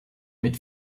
mit